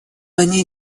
они